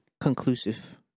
conclusive